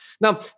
Now